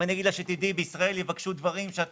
אם אני אגיד לה שבישראל יבקש דברים שאת